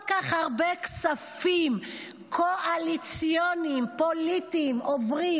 כל כך הרבה כספים קואליציוניים פוליטיים עוברים,